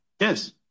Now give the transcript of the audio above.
yes